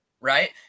right